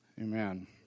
Amen